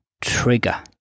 trigger